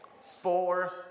Four